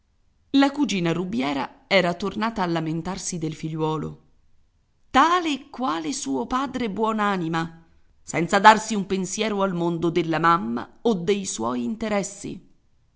la cugina rubiera era tornata a lamentarsi del figliuolo tale e quale suo padre buon'anima senza darsi un pensiero al mondo della mamma o dei suoi interessi